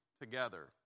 together